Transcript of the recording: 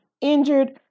injured